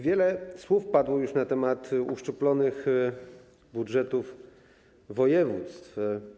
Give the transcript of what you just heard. Wiele słów padło już na temat uszczuplonych budżetów województw.